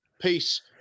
Peace